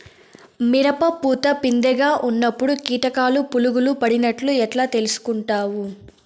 మిరప పూత పిందె గా ఉన్నప్పుడు కీటకాలు పులుగులు పడినట్లు ఎట్లా తెలుసుకుంటావు?